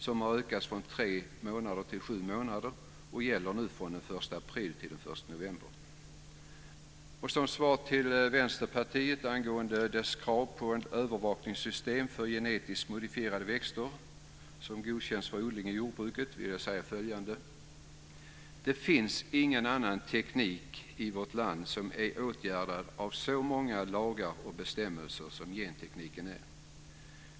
Den har ökat från tre månader till sju månader och gäller nu från den 1 april till den Som svar till Vänsterpartiet angående dess krav på ett övervakningssystem för genetiskt modifierade växter som godkänts för odling i jordbruket vill jag säga följande: Det finns ingen teknik i vårt land som är omgärdad av så många lagar och bestämmelser som gentekniken.